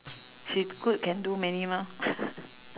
she good can do many mah